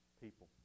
people